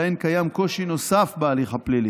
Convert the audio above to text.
שלהן יש קושי נוסף בהליך הפלילי,